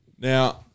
Now